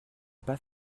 pas